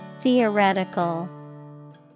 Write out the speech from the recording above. theoretical